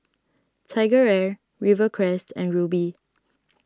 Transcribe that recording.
TigerAir Rivercrest and Rubi